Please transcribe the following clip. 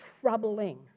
troubling